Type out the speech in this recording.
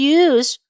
use